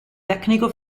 tecnico